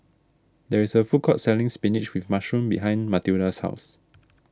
there is a food court selling Spinach with Mushroom behind Mathilda's house